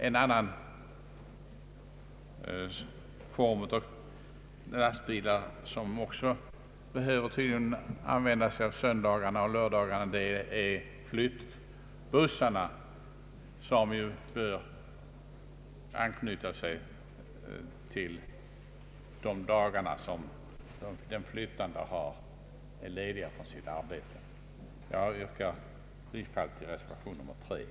En annan typ av lastbilar som också måste användas under söndagar och lördagar är flyttbussarna. De används ju under de dagar då den som skall flytta är ledig från sitt arbete. Herr talman! Jag yrkar bifall till reservation III.